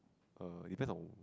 err depends on